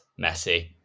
Messi